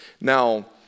Now